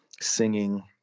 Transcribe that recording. singing